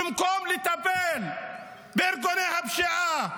במקום לטפל בארגוני הפשיעה,